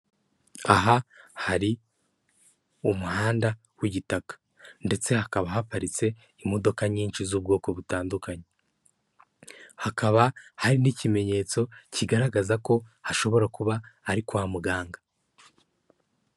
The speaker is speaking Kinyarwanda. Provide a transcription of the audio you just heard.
Aha hari umuhanda w'igitaka ndetse hakaba haparitse imodoka nyinshi z'ubwoko butandukanye, hakaba hari n'ikimenyetso kigaragaza ko hashobora kuba ari kwa muganga.